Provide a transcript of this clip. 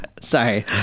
sorry